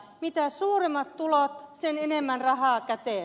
mitä suuremmat tulot sitä enemmän rahaa käteen